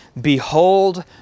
Behold